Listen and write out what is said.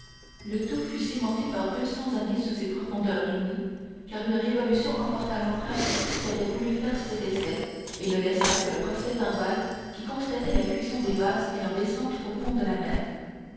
le tout fut cimenté par deux cents années sous ses profondeurs inouïes car une révolution emporta l'empereur qui avait voulu faire cet essai et ne laissa que le procès-verbal qui constatait la cuisson des vases et leur descente au fond de la mer